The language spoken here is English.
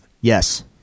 Yes